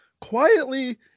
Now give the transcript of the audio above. quietly –